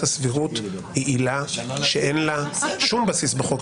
הסבירות היא עילה שאין לה שום בסיס בחוק.